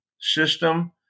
system